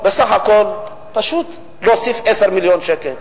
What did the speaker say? בסך הכול פשוט להוסיף עשר מיליון שקל.